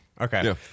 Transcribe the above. Okay